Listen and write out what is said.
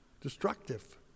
destructive